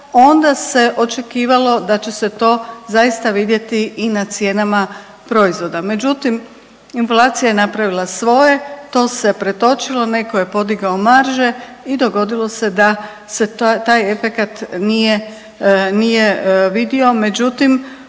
onda se očekivalo da će se to vidjeti i na cijenama proizvoda. Međutim, inflacija je napravila svoje. To se pretočilo. Netko je podigao marže i dogodilo se da se taj efekat nije vidio.